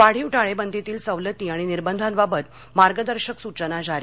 वाढीव टाळेबंदीतील सवलती आणि निर्बधांबाबत मार्गदर्शक सूचना जारी